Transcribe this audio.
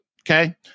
Okay